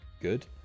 good